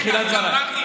אמרתי בתחילת דבריי.